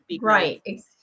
Right